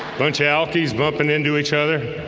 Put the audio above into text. buncha alkies bumping into each other.